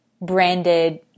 branded